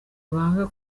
banga